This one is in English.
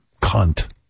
Cunt